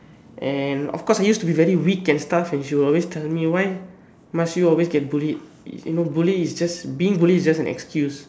and of course I used to be very weak and stuff and she will always tell me why must you always get bullied you know bully is just being bullied is just an excuse